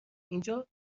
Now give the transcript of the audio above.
اینجا